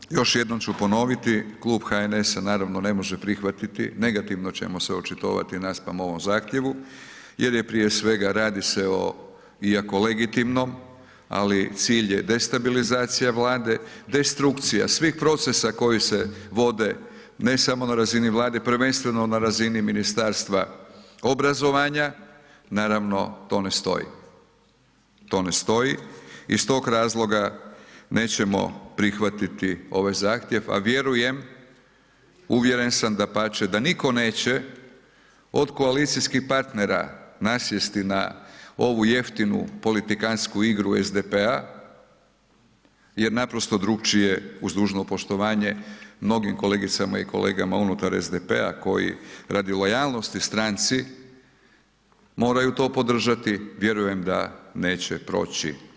I na kraju, još jednom ću ponoviti Klub HNS-a naravno ne može prihvatiti, negativno ćemo se očitovati naspram ovom zahtjevu jer je prije svega, radi se o, iako legitimnom, ali cilj je destabilizacija Vlade, destrukcija svih procesa koji se vode ne samo na razini Vlade, prvenstveno na razini Ministarstva obrazovanja, naravno to ne stoji, to ne stoji, iz tog razloga nećemo prihvatiti ovaj zahtjev, a vjerujem, uvjeren sam dapače da niko neće od koalicijskih partnera nasjesti na ovu jeftinu politikansku igru SDP-a jer naprosto drukčije uz dužno poštovanje mnogim kolegicama i kolegama unutar SDP-a koji radi lojalnosti stranci moraju to podržati, vjerujem da neće proći.